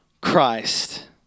Christ